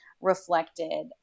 reflected